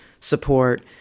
support